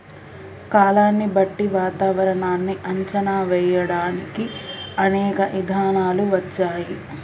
కాలాన్ని బట్టి వాతావరనాన్ని అంచనా వేయడానికి అనేక ఇధానాలు వచ్చాయి